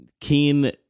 Keen